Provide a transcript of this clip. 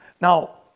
Now